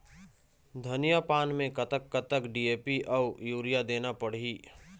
धनिया पान मे कतक कतक डी.ए.पी अऊ यूरिया देना पड़ही?